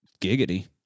Giggity